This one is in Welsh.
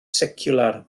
seciwlar